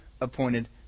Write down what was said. appointed